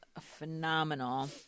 phenomenal